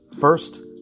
First